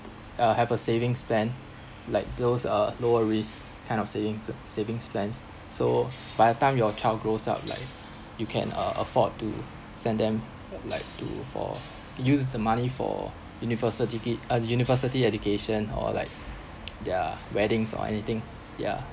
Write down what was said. uh have a savings plan like those uh lower risk kind of saying p~ savings plans so by the time your child grows up like you can uh afford to send them like to for use the money for university uh university education or like their weddings or anything yeah